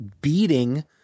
beating